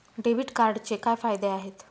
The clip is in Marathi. डेबिट कार्डचे काय फायदे आहेत?